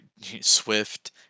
Swift